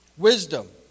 wisdom